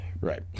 Right